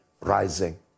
rising